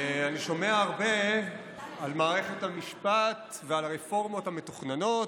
אני שומע הרבה על מערכת המשפט ועל הרפורמות המתוכננות,